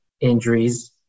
injuries